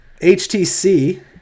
HTC